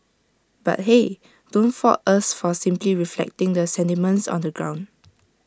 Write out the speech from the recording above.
but hey don't fault us for simply reflecting the sentiments on the ground